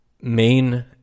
main